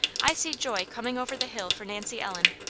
i see joy coming over the hill for nancy ellen.